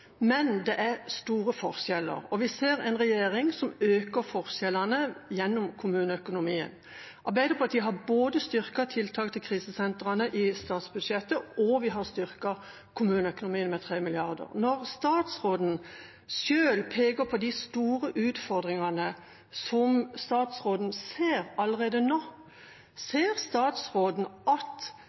Men det er store forskjeller, og vi ser en regjering som øker forskjellene gjennom kommuneøkonomien. Arbeiderpartiet har i sitt alternative statsbudsjett styrket både tiltak til krisesentrene og kommuneøkonomien med 3 mrd. kr. Når statsråden selv peker på de store utfordringene som han ser allerede nå, ser han da at